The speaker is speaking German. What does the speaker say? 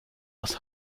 aus